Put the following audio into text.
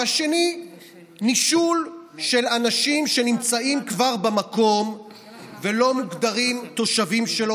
2. נישול של אנשים שנמצאים כבר במקום ולא מוגדרים תושבים שלו,